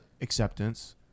acceptance